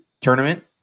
tournament